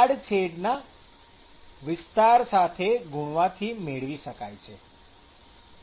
આડછેદના વિસ્તાર સાથે ગુણવાથી મેળવી શકાય છે